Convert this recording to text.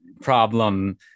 problem